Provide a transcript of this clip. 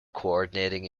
coordinating